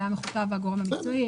היה מכותב הגורם המקצועי.